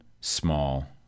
small